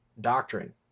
doctrine